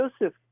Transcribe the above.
Joseph